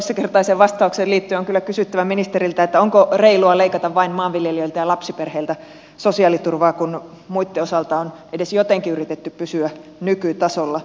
tuohon toissakertaiseen vastaukseen liittyen on kyllä kysyttävä ministeriltä onko reilua leikata vain maanviljelijöiltä ja lapsiperheiltä sosiaaliturvaa kun muitten osalta on edes jotenkin yritetty pysyä nykytasolla